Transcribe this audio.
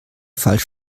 falsch